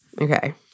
Okay